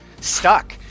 stuck